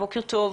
בוקר טוב.